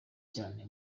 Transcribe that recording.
cyane